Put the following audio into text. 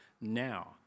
now